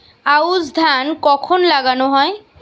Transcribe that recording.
আউশ ধান কখন লাগানো হয়?